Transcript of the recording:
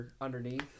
underneath